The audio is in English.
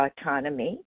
autonomy